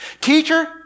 Teacher